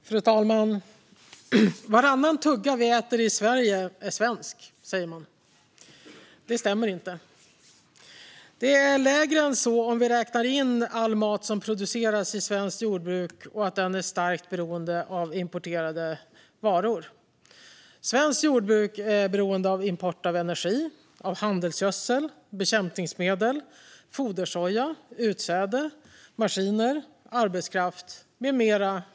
Fru talman! Varannan tugga vi äter i Sverige är svensk, säger man. Det stämmer inte. Det är lägre än så om vi räknar in all mat som produceras i svenskt jordbruk och att det är starkt beroende av importerade varor. Svenskt jordbruk är beroende av import av energi, handelsgödsel, bekämpningsmedel, fodersoja, utsäde, maskiner, arbetskraft med mera.